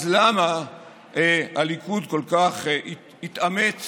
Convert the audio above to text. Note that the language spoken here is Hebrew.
אז למה הליכוד כל כך התאמץ